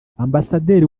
ambasaderi